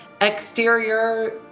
exterior